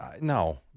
No